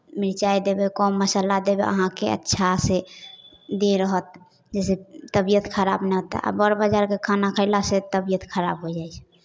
मिरचाइ देबै कम मसाला देबै अहाँके अच्छासँ देह रहत जैसे तबियत खराब ने तऽ बड़ बाजारके खाना खयलासँ तबियत खराब हो जाइ छै